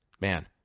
man